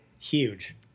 Huge